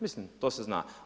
Mislim to se zna.